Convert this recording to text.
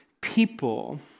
people